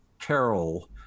Carol